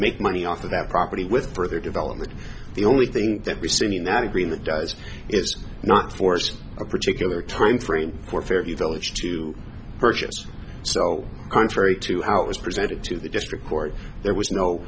make money off of that property with further development the only thing that we've seen in that agreement does is not force a particular timeframe for fairly village to purchase so contrary to how it was presented to the district court there was no